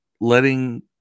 letting